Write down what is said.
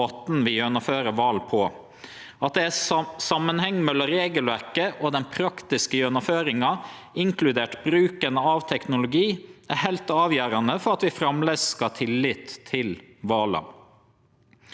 er heilt avgjerande for at vi framleis skal ha tillit til vala. Vallova skal kunne verte lest og forstått av både veljarar, parti, folkevalde, valmedarbeidarar og valstyresmaktene.